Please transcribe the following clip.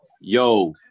Yo